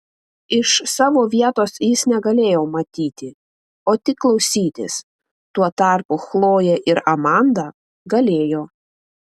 iš savo vietos jis negalėjo matyti o tik klausytis tuo tarpu chlojė ir amanda galėjo